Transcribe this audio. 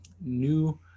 new